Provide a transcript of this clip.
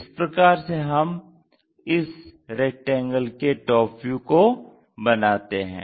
इस प्रकार से हम इस रेक्टेंगल के टॉप व्यू को बनाते हैं